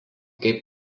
kaip